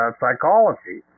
psychology